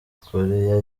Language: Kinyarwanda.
koreya